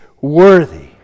worthy